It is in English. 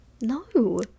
No